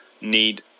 need